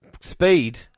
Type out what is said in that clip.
speed